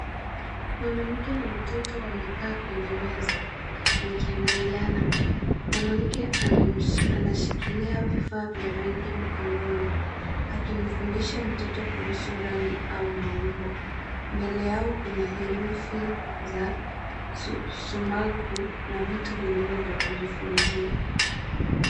Mwanamke na mtoto wamekaa kwenye meza wakiangaliana. Mwanamke anashikilia vifaa vya rangi mkononi akimfundisha mtoto kuhusu rangi au maumbo. Mbele yao kuna herufi za sumaku na vitu vingine vya kujifunzia .